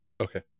Okay